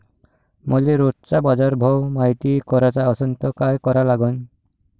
मले रोजचा बाजारभव मायती कराचा असन त काय करा लागन?